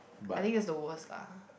I think that's the worst lah